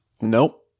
nope